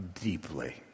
deeply